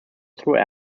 through